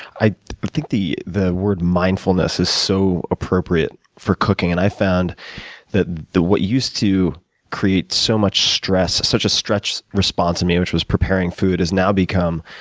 i think the the word mindfulness is so appropriate for cooking. and i've found that what used to create so much stress, such a stress response in me, which was preparing food, has now become,